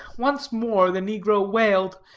once more the negro wailed,